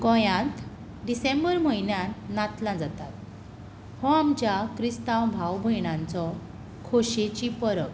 गोंयांत डिसेंबर म्हयन्यांत नातलां जातात हो आमच्या क्रिस्तांव भाव भयणांचो खोशयेची परब